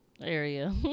area